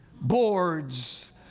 boards